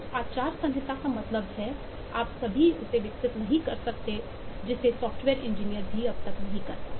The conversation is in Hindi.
उस आचार संहिता का मतलब है आप अभी उसे विकसित नहीं कर सकते जैसे सॉफ्टवेयर इंजीनियर भी नहीं कर पाए